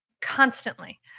constantly